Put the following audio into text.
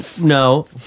No